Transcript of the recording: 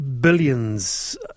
billions